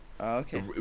okay